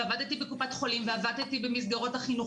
אני עבדתי בקופת חולים ועבדתי במסגרות החינוך,